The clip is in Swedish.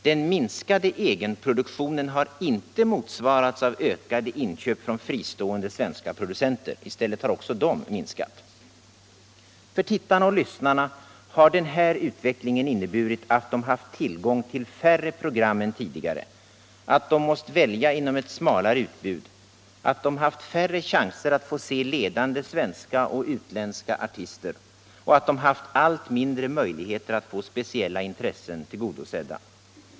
Den minskade egenproduktionen har inte motsvarats av ökade inköp från fristående svenska producenter. I stället har också de minskat. För tittare och lyssnare har den beskrivna utvecklingen inneburit att de haft tillgång till färre program än tidigare, att de måste välja inom ett smalare utbud, att de haft färre chanser att få se ledande svenska och utländska artister och att de haft allt mindre möjligheter att få speciella intressen tillgodosedda. "